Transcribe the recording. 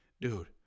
Dude